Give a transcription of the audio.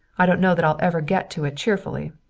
i don't know that i'll ever get to it cheerfully.